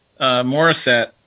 Morissette